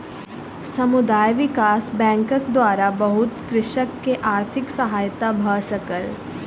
समुदाय विकास बैंकक द्वारा बहुत कृषक के आर्थिक सहायता भ सकल